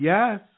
Yes